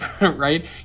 right